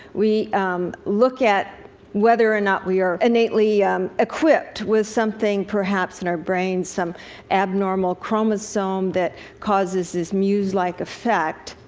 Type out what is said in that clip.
we look at whether or not we are innately equipped with something, perhaps in our brains, some abnormal chromosome that causes this muse-like effect.